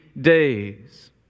days